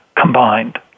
combined